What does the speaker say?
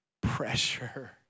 Pressure